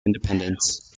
independence